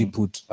put